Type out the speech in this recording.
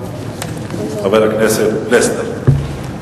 חבר הכנסת פלסנר.